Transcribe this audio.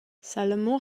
salomon